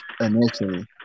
initially